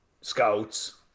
Scouts